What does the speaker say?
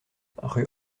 rue